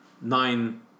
nine